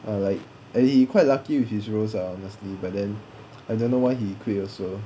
ah like eh he quite lucky with his roles ah mostly but then I don't know why he quit also